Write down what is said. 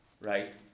right